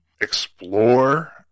explore